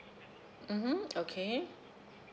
mmhmm okay